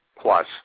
plus